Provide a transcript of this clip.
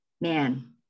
Man